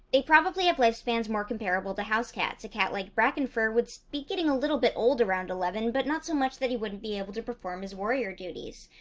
probably have lifespans more comparable to house cats. a cat like brackenfur would so be getting a little bit old around eleven, but not so much that he wouldn't be able to perform his warrior duties.